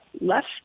left